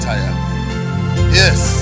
yes